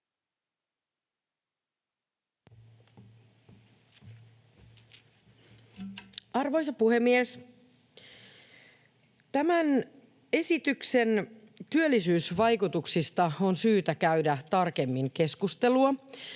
Arvoisa puhemies! Tämän esityksen työllisyysvaikutuksista on syytä käydä tarkemmin keskustelua.